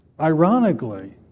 Ironically